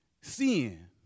sin